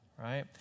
right